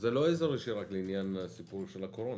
זה לא אזור אישי רק לעניין הסיפור של הקורונה.